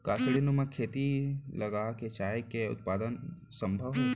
का सीढ़ीनुमा खेती लगा के चाय के उत्पादन सम्भव हे?